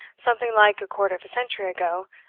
something like a quarter of a century ago,